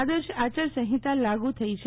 આદર્શ આચાર સંહિતા લાગુ થઇ છે